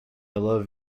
love